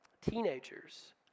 teenagers